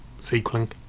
sequeling